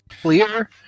Clear